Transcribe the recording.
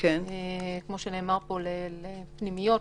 לפנימיות,